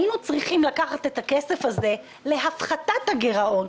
היינו צריכים לקחת את הכסף הזה להפחתת הגרעון,